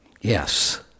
Yes